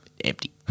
Empty